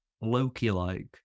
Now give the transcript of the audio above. Loki-like